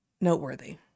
noteworthy